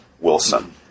Wilson